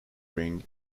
ring